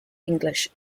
english